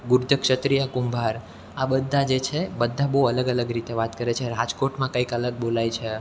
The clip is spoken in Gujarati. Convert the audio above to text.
ગુર્જર ક્ષત્રિય કુંભાર આ બધા જે છે બધા બહુ અલગ અલગ રીતે વાત કરે છે રાજકોટમાં કંઈક અલગ બોલાય છે